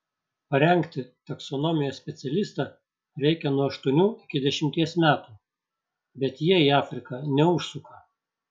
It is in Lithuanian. parengti taksonomijos specialistą reikia nuo aštuonių iki dešimties metų bet jie į afriką neužsuka